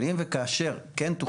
אבל אם וכאשר כן תוכל,